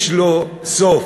יש לו סוף.